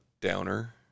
downer